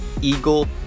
Eagle